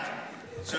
הוא עדיין חי.